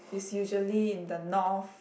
is usually in the North